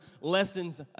lessons